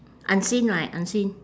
unseen right unseen